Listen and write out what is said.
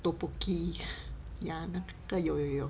tteok tteokbokki ya 那个有有有